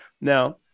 Now